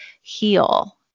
heal